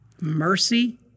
mercy